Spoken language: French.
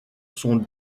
sont